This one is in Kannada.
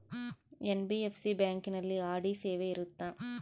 ಎನ್.ಬಿ.ಎಫ್.ಸಿ ಬ್ಯಾಂಕಿನಲ್ಲಿ ಆರ್.ಡಿ ಸೇವೆ ಇರುತ್ತಾ?